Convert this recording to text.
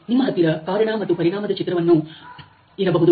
ನಿಮ್ಮ ಹತ್ತಿರ ಕಾರಣ ಮತ್ತು ಪರಿಣಾಮದ ಚಿತ್ರ'ವನ್ನು ಇರಬಹುದು